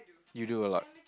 you do a lot